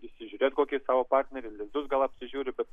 įsižiūrėt kokį savo partnerį lizdus gal apsižiūri bet